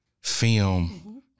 film